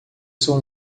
sou